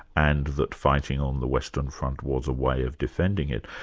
and that fighting on the western front was a way of defending it,